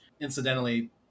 Incidentally